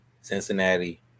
Cincinnati